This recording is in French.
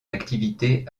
activité